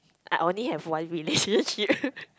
I only have one relationship